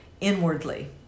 inwardly